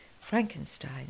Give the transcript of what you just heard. Frankenstein